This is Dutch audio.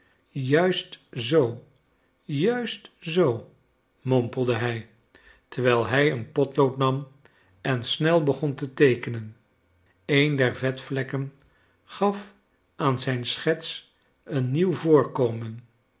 juist zoo juist zoo mompelde hij terwijl hij een potlood nam en snel begon te teekenen een der vetvlekken gaf aan zijn schets een nieuw voorkomen